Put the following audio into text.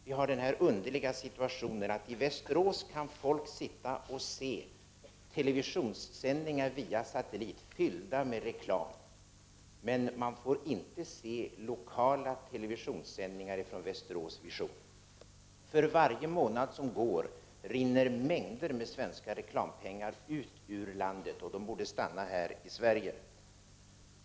Vi har denna underliga situation att i Västerås kan folk sitta och se TV-sändningar via satellit fyllda med reklam, men man får inte se lokala TV-sändningar från Västerås Vision. För varje månad som går rinner mängder av svenska reklampengar ut ur landet, och de borde stanna här i Sverige.